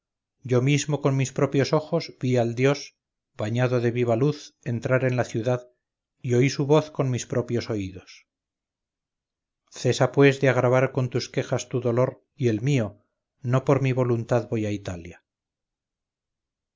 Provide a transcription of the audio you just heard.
yo mismo con mis propios ojos vi al dios bañado de viva luz entrar en la ciudad y oí su voz con mis propios oídos cesa pues de agravar con tus quejas tu dolor y el mío no por mi voluntad voy a italia